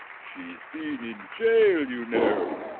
she's been in jail, you know.